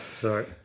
sorry